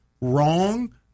wrong